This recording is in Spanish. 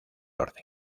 orden